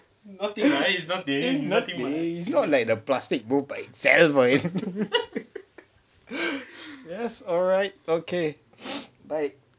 it's nothing is not like the plastic moved by itself or anything yes alright okay